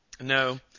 No